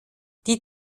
die